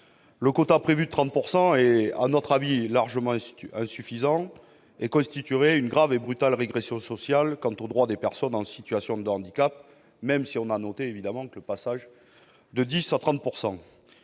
Ce quota de 30 % est, à notre avis, largement insuffisant et constituerait une grave et brutale régression sociale pour les droits des personnes en situation de handicap, même si c'est déjà mieux que le taux de 10 %